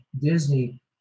disney